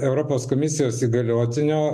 europos komisijos įgaliotinio